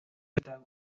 está